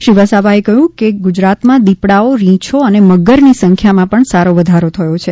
શ્રીવસાવાએ કહ્યું કેગુજરાતમાં દિપડાઓ રીંછો અને મગરની સંખ્યામાંપણ સારો વધારો થયો છે